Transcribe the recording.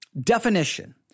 Definition